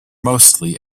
mostly